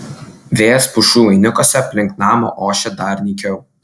vėjas pušų vainikuose aplink namą ošė dar nykiau